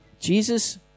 Jesus